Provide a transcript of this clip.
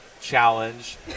challenge